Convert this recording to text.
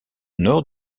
nord